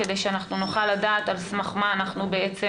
כדי שנוכל לדעת על סמך מה אנחנו בעצם